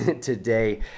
today